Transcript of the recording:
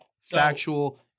factual